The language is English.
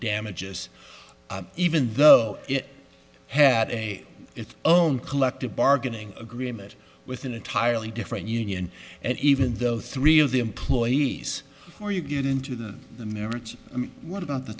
damages even though it had a it's own collective bargaining agreement with an entirely different union and even though three of the employees or you get into the the merits what about the